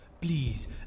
please